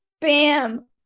bam